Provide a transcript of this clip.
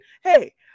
hey